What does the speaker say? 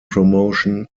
promotion